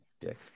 Dick